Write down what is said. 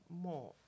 more